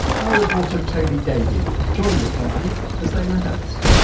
our reporter toby davey joined the company as they rehearsed.